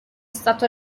stato